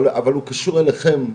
אבל הוא קשור אליכם,